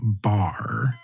bar